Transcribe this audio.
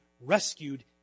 rescued